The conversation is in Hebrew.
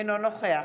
אינו נוכח